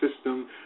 system